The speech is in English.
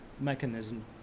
mechanism